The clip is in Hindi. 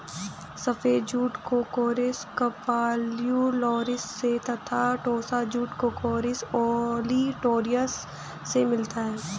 सफ़ेद जूट कोर्कोरस कप्स्युलारिस से तथा टोस्सा जूट कोर्कोरस ओलिटोरियस से मिलता है